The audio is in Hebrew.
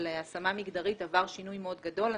השמה מגדרית עבר שינוי מאוד גדול.